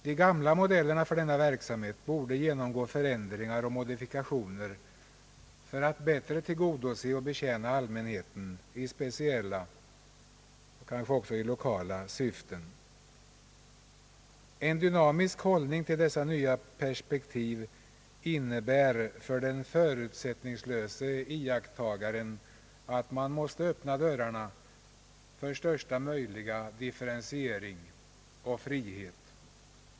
De gamla modellerna för denna verksamhet borde genomgå förändringar och modifikationer för att verksamheten bättre skall kunna tillgodose och betjäna allmänheten i speciella och kanske även lokala syften. En dynamisk hållning till dessa nya perspektiv innebär för den förutsättningslöse iakttagaren, att man måste öppna dörrarna för största möjliga differentiering och frihet.